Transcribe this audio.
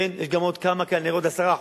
כן, יש גם עוד כמה, כנראה עוד 10%,